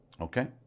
Okay